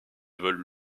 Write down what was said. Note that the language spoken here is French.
vol